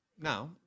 now